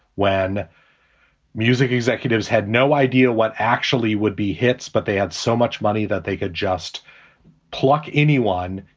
when music executives had no idea what actually would be hits, but they had so much money that they could just pluck anyone,